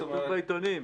כתוב בעיתונים.